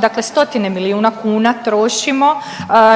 dakle stotine milijuna kuna trošimo